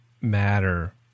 matter